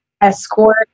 escort